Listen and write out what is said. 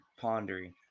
pondering